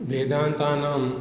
वेदान्तानाम्